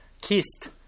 kissed